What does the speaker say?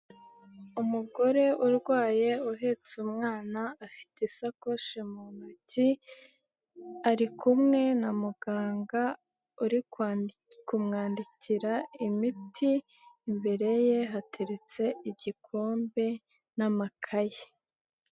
Umugore urwaye uhetse umwana, afite isakoshi mu ntoki ari kumwe na muganga uri kumwandikira imiti, imbere ye hateretse igikombe n'amakaye.